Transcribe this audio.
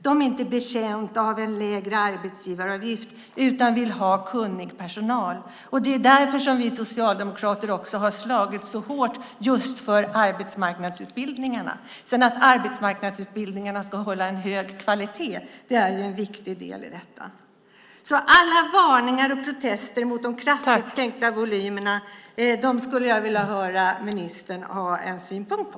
De är inte betjänta av en lägre arbetsgivaravgift, utan de vill ha kunnig personal. Det är därför som vi socialdemokrater har slagits så hårt just för arbetsmarknadsutbildningarna. Sedan är det en viktig del i detta att arbetsmarknadsutbildningarna ska hålla en hög kvalitet. Alla varningar och protester mot de kraftigt sänkta volymerna skulle jag vilja höra ministern ha en synpunkt på.